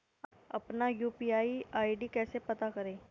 अपना UPI ID कैसे पता करें?